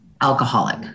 alcoholic